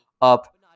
up